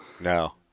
No